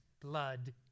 blood